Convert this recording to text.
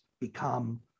become